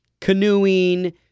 canoeing